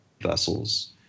vessels